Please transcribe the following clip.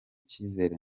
cyizere